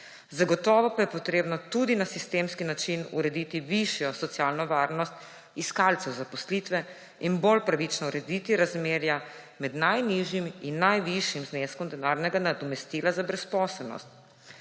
Zagotovo pa je potrebno tudi na sistemski način urediti višjo socialno varnost iskalcev zaposlitve in bolj pravično urediti razmerja med najnižjim in najvišjim zneskom denarnega nadomestila za brezposelnost.